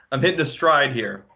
i'm hitting a stride here.